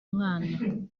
mwana